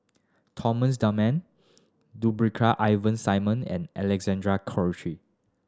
Thomas Dunman Brigadier Ivan Simson and Alexander Guthrie